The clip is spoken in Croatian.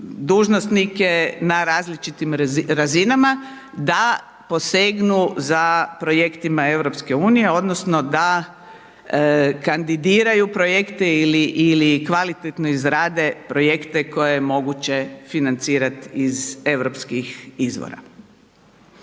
dužnosnike na različitim razinama da posegnu za projektima EU odnosno da kandidiraju projekte ili kvalitetno izrade projekte koje je moguće financirat iz europskih izvora.